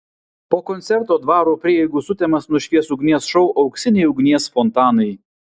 po koncerto dvaro prieigų sutemas nušvies ugnies šou auksiniai ugnies fontanai